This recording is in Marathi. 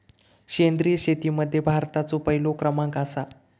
सेंद्रिय शेतीमध्ये भारताचो पहिलो क्रमांक आसा